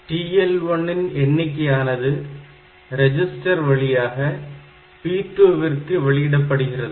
TL1 ன் எண்ணிக்கையானது register வழியாக P2 க்கு வெளியிடப்படுகிறது